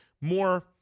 more